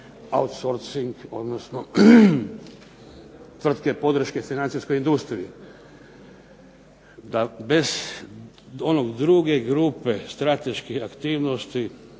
outsorcing, odnosno tvrtke podrške financijskoj industriji. Da bez one druge grupe strateških aktivnosti